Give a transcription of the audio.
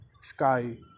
sky